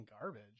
Garbage